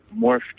morphed